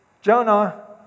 Jonah